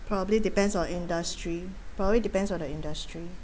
probably depends on industry probably depends on the industry